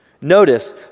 Notice